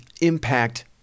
impact